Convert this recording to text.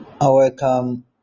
welcome